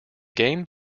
game